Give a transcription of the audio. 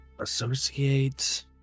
associate